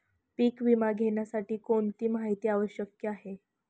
पीक विमा घेण्यासाठी कोणती माहिती आवश्यक आहे?